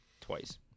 Twice